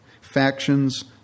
Factions